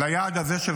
ליעד הזה, א.